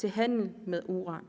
for handel med uran.